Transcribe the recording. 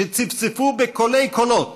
שצפצפו בקולי-קולות